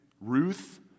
Ruth